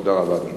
תודה רבה,